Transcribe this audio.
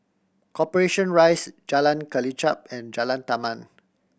Corporation Rise Jalan Kelichap and Jalan Taman